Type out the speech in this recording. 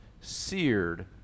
seared